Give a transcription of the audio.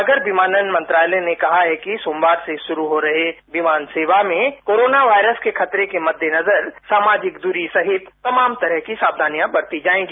नागर विमानन मंत्रालय ने कहा है कि सोमवार से शुरू हो रहे विमान सेवा में कोरोना वायरस के खतरे के मदेनजर सामाजिक दूरी सहित तमाम तरह की सावधानियां बरती जायेंगी